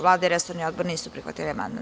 Vlada i resorni odbor nisu prihvatili amandman.